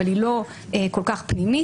אבל היא לא כל כך פנימית,